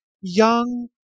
young